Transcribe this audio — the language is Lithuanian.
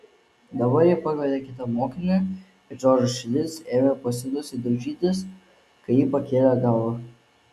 dabar ji pakvietė kitą mokinį ir džordžo širdis ėmė pasiutusiai daužytis kai ji pakėlė galvą